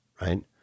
right